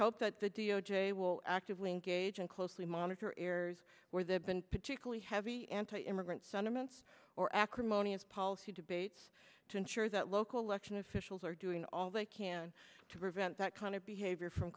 hope that the d o j will actively engage and closely monitor ears where they have been particularly heavy anti immigrant son immense or acrimonious policy debates to ensure that local election officials are doing all they can to prevent that kind of behavior from